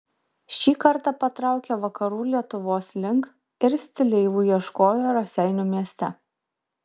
šį kartą patraukė vakarų lietuvos link ir stileivų ieškojo raseinių mieste